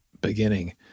beginning